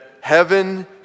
heaven